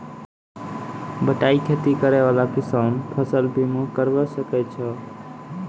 बटाई खेती करै वाला किसान फ़सल बीमा करबै सकै छौ?